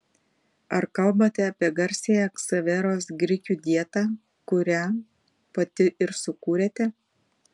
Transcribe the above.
ar kalbate apie garsiąją ksaveros grikių dietą kurią pati ir sukūrėte